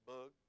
Bug